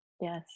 Yes